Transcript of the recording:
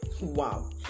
Wow